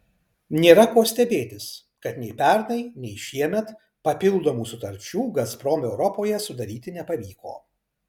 nėra ko stebėtis kad nei pernai nei šiemet papildomų sutarčių gazprom europoje sudaryti nepavyko